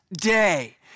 day